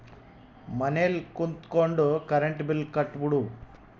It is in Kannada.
ಮನೆಲ್ ಕುತ್ಕೊಂಡ್ ಕರೆಂಟ್ ಬಿಲ್ ಕಟ್ಬೊಡು